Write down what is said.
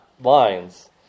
lines